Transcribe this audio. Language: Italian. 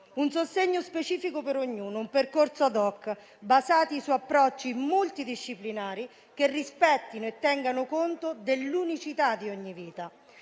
un sostegno specifico per ognuno e a un percorso *ad hoc*, basati su approcci multidisciplinari che rispettino e tengano conto dell'unicità di ogni vita.